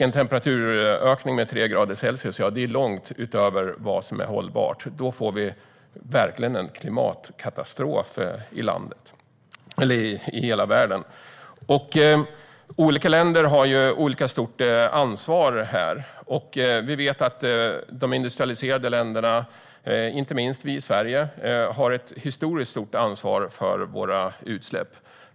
En temperaturökning med 3 grader Celsius är långt utöver vad som är hållbart. Då får vi verkligen en klimatkatastrof i hela världen. Olika länder har olika stort ansvar. Vi vet att de industrialiserade länderna, inte minst Sverige, har ett historiskt stort ansvar för våra utsläpp.